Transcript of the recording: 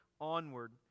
onward